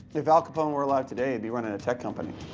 if al capone were alive today, he'd be running a tech company.